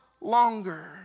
longer